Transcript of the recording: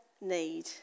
need